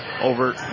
over